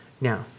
Now